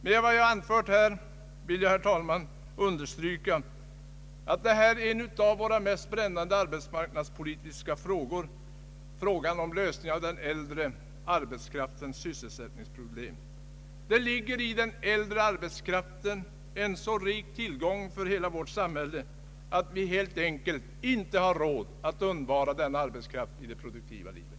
Med vad jag här anfört har jag, herr talman, velat understryka att en av våra mest brännande arbetsmarknadspolitiska frågor gäller lösningen av den äldre arbetskraftens sysselsättningsproblem. Det ligger i den äldre arbetskraften en så rik tillgång för hela vårt samhälle att vi helt enkelt inte har råd att undvara den arbetskraften i produktionslivet.